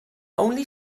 only